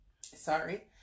sorry